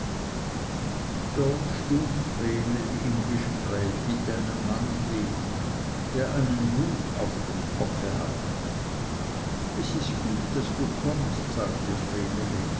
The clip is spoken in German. dort stund vreneli im gespräch mit einem mannli der einen hut auf dem kopfe hatte es ist gut daß du kommst sagte